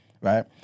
right